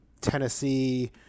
Tennessee